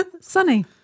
Sunny